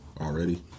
already